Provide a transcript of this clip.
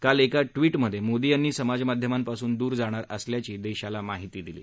काल एका ट्विटमध्ये मोदी यांनी समाजमाध्यमांपासून दूर जाणार असल्याची देशाला माहिती दिली